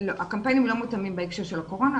הקמפיינים לא מותאמים בהקשר של הקורונה,